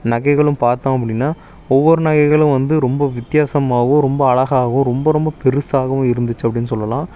நகைகளும் பார்த்தோம் அப்படின்னா ஒவ்வொரு நகைகளும் வந்து ரொம்ப வித்தியாசமாகவும் ரொம்ப அழகாகவும் ரொம்ப ரொம்பப் பெருசாகவும் இருந்திச்சு அப்படின்னு சொல்லலாம்